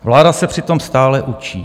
Vláda se přitom stále učí.